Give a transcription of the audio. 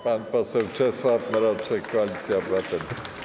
Pan poseł Czesław Mroczek, Koalicja Obywatelska.